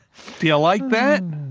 yeah like that?